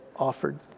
offered